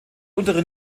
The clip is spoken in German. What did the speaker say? untere